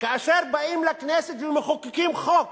באים לכנסת ומחוקקים חוק